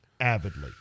avidly